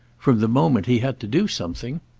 from the moment he had to do something